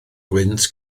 gwynt